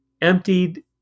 Emptied